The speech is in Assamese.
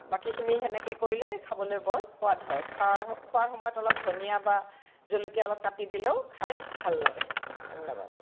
বাকীখিনি সেনেকৈ কৰিলে খাবলৈ বৰ সোৱাদ হয় খাৱাৰ খোৱাৰ সময়ত অলপ ধনীয়া বা জলকীয়া অলপ কাটি দিলেও খাই ভাল লাগে ধন্যবাদ